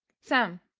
sam,